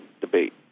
debate